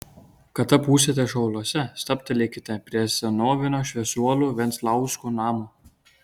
kada būsite šiauliuose stabtelėkite prie senovinio šviesuolių venclauskų namo